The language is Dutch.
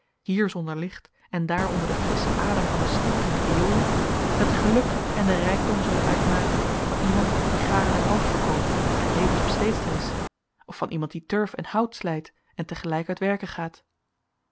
hier zonder licht en daar onder den frisschen adem van een stinkend riool het geluk en den rijkdom zullen uitmaken van iemand die garen en band verkoopt en tevens besteedster is of van iemand die turf en hout slijt en tegelijk uit werken gaat